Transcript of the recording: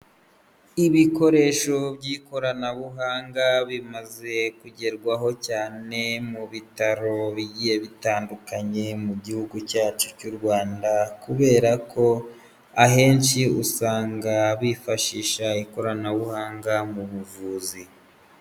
Ibikoresho by'ikoranabuhanga bimaze kugerwaho cyane mu bitaro bigiye bitandukanye mu gihugu cyacu cy'u Rwanda kubera ko ahenshi usanga bifashisha ikoranabuhanga mu buvuzi.